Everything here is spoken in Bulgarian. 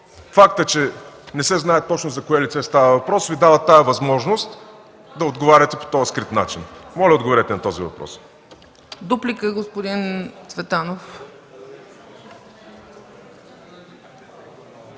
фактът, че не се знае точно за кое лице става въпрос, Ви дава възможността да отговаряте по този скрит начин? Моля, отговорете на този въпрос.